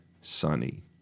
sunny